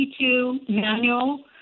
manual